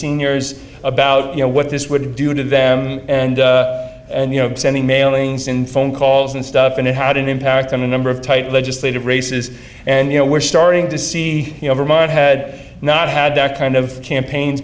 seniors about you know what this would do to them and you know sending mailings in phone calls and stuff and it had an impact on a number of tight legislative races and you know we're starting to see you know vermont had not had that kind of campaigns